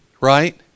right